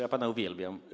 Ja pana uwielbiam.